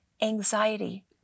anxiety